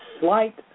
slight